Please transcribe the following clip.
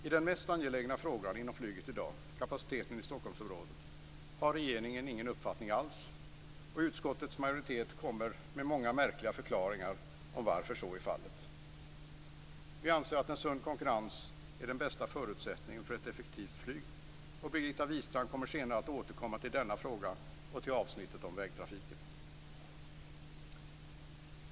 I den mest angelägna frågan inom flyget i dag - kapaciteten inom Stockholmsområdet - har regeringen ingen uppfattning alls, och utskottets majoritet kommer med många märkliga förklaringar till varför så är fallet. Vi anser att en sund konkurrens är den bästa förutsättningen för ett effektivt flyg. Birgitta Wistrand kommer senare att återkomma till denna fråga och till avsnittet om vägtrafiken.